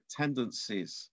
tendencies